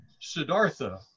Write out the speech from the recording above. Siddhartha